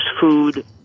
food